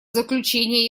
заключение